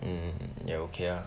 hmm ya okay ah